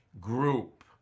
group